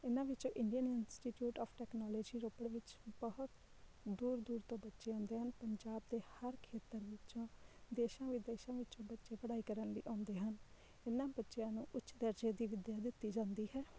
ਇਹਨਾਂ ਵਿੱਚੋਂ Indian institute of technology Ropar ਵਿੱਚ ਬਹੁਤ ਦੂਰ ਦੂਰ ਤੋਂ ਬੱਚੇ ਆਉਂਦੇ ਹਨ ਪੰਜਾਬ ਦੇ ਹਰ ਖੇਤਰ ਵਿੱਚੋਂ ਦੇਸ਼ਾਂ ਵਿਦੇਸ਼ਾਂ ਵਿੱਚੋਂ ਬੱਚੇ ਪੜ੍ਹਾਈ ਕਰਨ ਲਈ ਆਉਂਦੇ ਹਨ ਇਹਨਾਂ ਬੱਚਿਆਂ ਨੂੰ ਉੱਚ ਦਰਜੇ ਦੀ ਵਿੱਦਿਆ ਦਿੱਤੀ ਜਾਂਦੀ ਹੈ